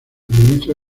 ministro